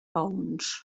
peons